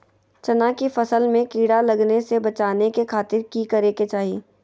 चना की फसल में कीड़ा लगने से बचाने के खातिर की करे के चाही?